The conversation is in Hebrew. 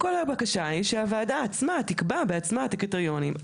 כל הבקשה היא שהוועדה עצמה תקבע בעצמה את הקריטריונים.